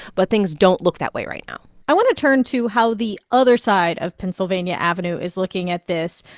but things don't look that way right now i want to turn to how the other side of pennsylvania avenue is looking at this.